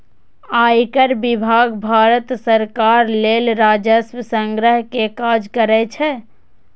आयकर विभाग भारत सरकार लेल राजस्व संग्रह के काज करै छै